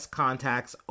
contacts